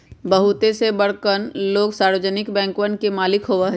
बहुते से बड़कन लोग सार्वजनिक बैंकवन के मालिक होबा हई